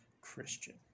Christian